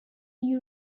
you